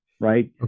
right